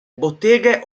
botteghe